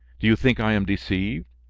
do you think i am deceived?